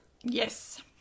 Yes